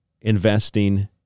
investing